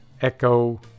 Echo